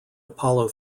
apollo